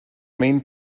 main